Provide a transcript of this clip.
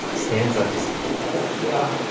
stands up to speak yeah